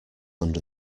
under